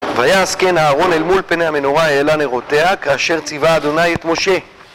והיה עסקי נהרון אל מול פני המנורה העלנה רותחה כאשר ציווה אדוני את משה